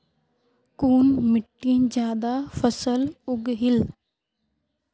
कुन मिट्टी ज्यादा फसल उगहिल?